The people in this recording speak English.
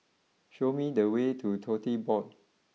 show me the way to Tote Board